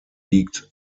liegt